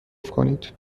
کنید